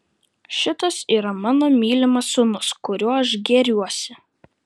šitas yra mano mylimas sūnus kuriuo aš gėriuosi